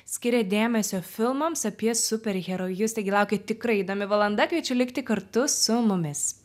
skiria dėmesio filmams apie superherojus taigi laukia tikrai įdomi valanda kviečiu likti kartu su mumis